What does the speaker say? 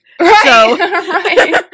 Right